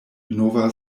nova